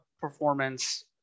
performance